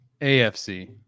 AFC